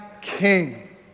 king